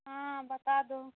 हाँ बता दो